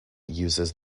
uses